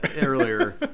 earlier